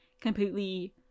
completely